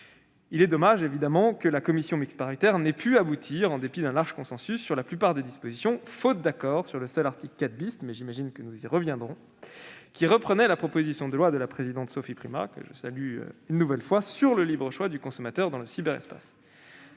Il est évidemment dommage que la commission mixte paritaire n'ait pu aboutir, en dépit d'un large consensus sur la plupart des mesures, faute d'accord sur le seul article 4 - j'imagine que nous y reviendrons -, qui reprenait la proposition de loi de la présidente Primas visant à garantir le libre choix du consommateur dans le cyberespace.